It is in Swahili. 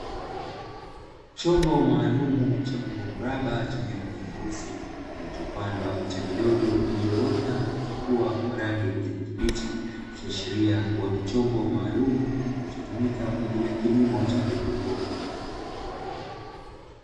Chombo maalumu cha umbo mraba chenye rangi nyeusi, kilichopandwa miche midogo ilioota na kuchipua kwa rangi ya kijani kibichi, ikiashiria kuwa ni chombo maalumu kinachotumika kwa ajili ya kilimo cha haidroponi.